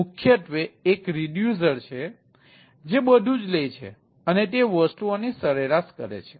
મુખ્યત્વે એક રિડયુસર છે જે બધું જ લે છે અને તે વસ્તુઓની સરેરાશ કરે છે